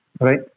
Right